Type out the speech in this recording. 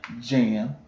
jam